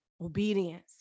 Obedience